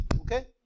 Okay